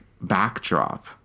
backdrop